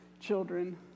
children